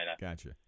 Gotcha